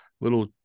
little